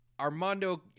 Armando